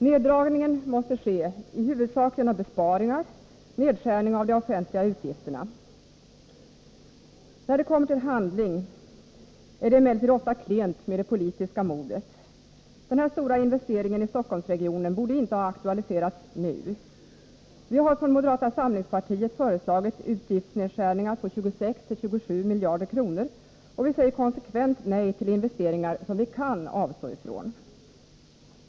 Neddragningen måste ske i huvudsak genom besparingar och nedskärning av de offentliga utgifterna. När det kommer till handling är det emellertid ofta klent med det politiska modet. Den här stora investeringen i Stockholmsregionen borde inte ha aktualiserats nu. Vi har från moderata samlingspartiet föreslagit utgiftsnedskärningar på 26-27 miljarder kronor, och vi säger konsekvent nej till investeringar, som vi kan avstå från.